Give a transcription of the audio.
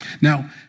Now